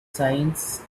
signs